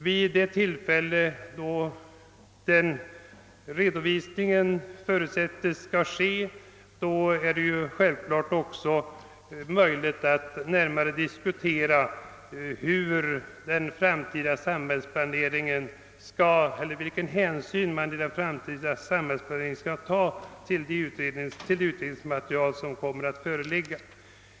Vid det tillfälle då denna redovisning förutsättes skola ske är det självklart också möjligt att närmare diskutera vilken hänsyn man i den framtida samhällsplaneringen skall ta till det utredningsmaterial som kommer att föreligga.